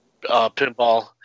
pinball